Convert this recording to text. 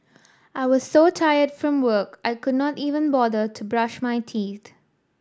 I was so tired from work I could not even bother to brush my teeth